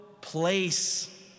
place